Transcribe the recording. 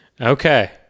okay